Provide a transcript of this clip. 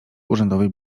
urzędowej